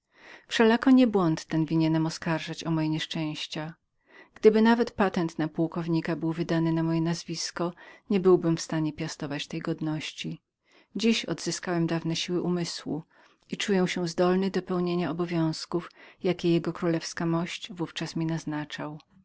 wszelako nie błąd ten winienem oskarżać o moje nieszczęścia gdyby nawet patent na pułkownika był wydany na moje nazwisko niebyłbym w stanie piastować tej godności dziś odzyskałem dawne siły mego umysłu i czuję się zdolnym do pełnienia obowiązków jakie jkmość w ówczas mi naznaczała